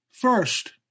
First